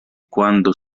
quando